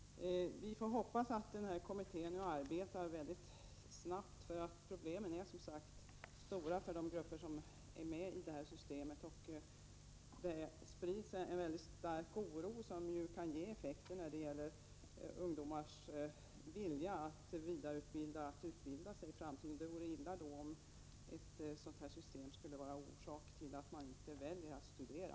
Vi får hoppas att kommittén arbetar väldigt snabbt, för problemen är som sagt stora för de grupper som är med i systemet. Det sprids en stark oro, som ju kan ge effekter på ungdomars vilja att utbilda sig i framtiden. Det vore illa om studiemedelssystemet skulle vara orsak till att man väljer att inte studera.